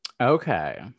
Okay